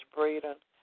Braden